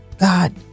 God